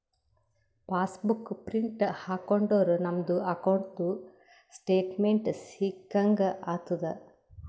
pass book print ಹಾಕೊಂಡುರ್ ನಮ್ದು ಅಕೌಂಟ್ದು ಸ್ಟೇಟ್ಮೆಂಟ್ ಸಿಕ್ಕಂಗ್ ಆತುದ್